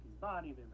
body